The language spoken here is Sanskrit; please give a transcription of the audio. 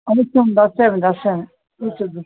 अतु दास्यामि दास्यामि उत